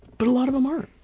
but a lot of them aren't.